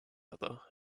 other